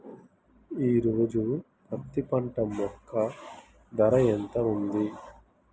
ఈ రోజు పత్తి పంట యొక్క ధర ఎంత ఉంది?